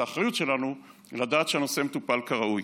את האחריות שלנו לדעת שהנושא מטופל כראוי,